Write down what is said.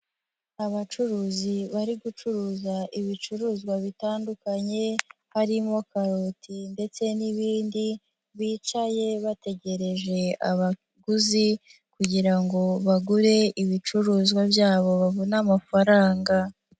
Abacuruzi bari gucuruza ibicuruzwa bitandukanye, harimo karoti ndetse n'ibindi, bicaye bategereje abaguzi kugira ngo bagure ibicuruzwa byabo babone amafaranga.